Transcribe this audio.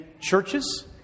churches